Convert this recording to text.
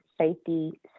safety